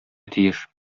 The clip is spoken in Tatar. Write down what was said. тиеш